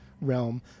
realm